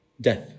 death